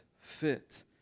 fit